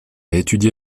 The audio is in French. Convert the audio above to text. étudié